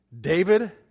David